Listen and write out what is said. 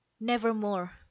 nevermore